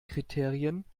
kriterien